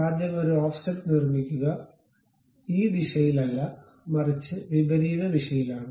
ആദ്യം ഒരു ഓഫ്സെറ്റ് നിർമ്മിക്കുക ഈ ദിശയിലല്ല മറിച്ച് വിപരീത ദിശയിലാണ്